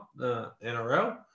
NRL